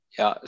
ja